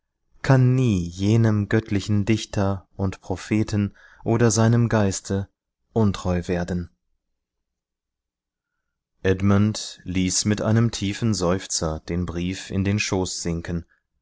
kann nie jenem göttlichen dichter und propheten oder seinem geiste untreu werden edmund ließ mit einem tiefen seufzer den brief in den schoß sinken